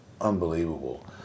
unbelievable